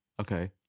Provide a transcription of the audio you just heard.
Okay